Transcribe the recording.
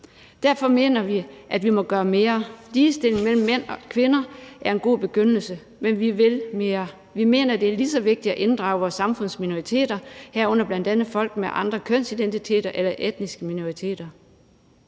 Derfor mener vi, at vi må gøre mere. Ligestilling mellem mænd og kvinder er en god begyndelse, men vi vil mere. Vi mener, at det er lige så vigtigt at inddrage vores samfunds minoriteter, herunder bl.a. folk med andre kønsidentiteter og etniske minoriteter.